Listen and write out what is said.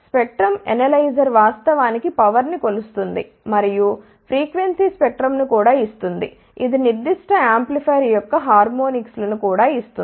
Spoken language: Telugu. స్పెక్ట్రం అనలైజర్ వాస్తవానికి పవర్ ని కొలుస్తుంది మరియు ఫ్రీక్వెన్సీ స్పెక్ట్రం ను కూడా ఇస్తుంది ఇది నిర్దిష్ట యాంప్లిఫైయర్ యొక్క హార్మోనిక్స్ లను కూడా ఇస్తుంది